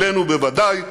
עלינו בוודאי,